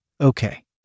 Okay